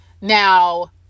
Now